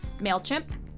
MailChimp